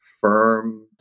firm